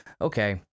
Okay